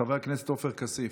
חבר הכנסת עופר כסיף.